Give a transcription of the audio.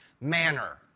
manner